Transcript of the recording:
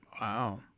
Wow